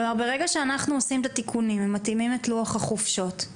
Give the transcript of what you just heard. ברגע שאנחנו עושים את התיקונים ומתאימים את לוח החופשות,